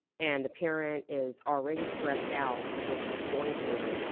and the parent is already stressed out for what she's going through,